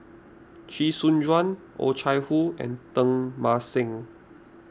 Chee Soon Juan Oh Chai Hoo and Teng Mah Seng